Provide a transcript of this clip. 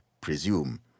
presume